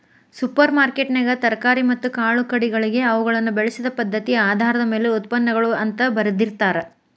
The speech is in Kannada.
ಸೂಪರ್ ಮಾರ್ಕೆಟ್ನ್ಯಾಗ ತರಕಾರಿ ಮತ್ತ ಕಾಳುಕಡಿಗಳಿಗೆ ಅವುಗಳನ್ನ ಬೆಳಿಸಿದ ಪದ್ಧತಿಆಧಾರದ ಮ್ಯಾಲೆ ಉತ್ಪನ್ನಗಳು ಅಂತ ಬರ್ದಿರ್ತಾರ